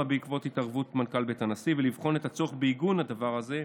בעקבות התערבות מנכ"ל בית הנשיא ולבחון את הצורך בעיגון הדבר הזה,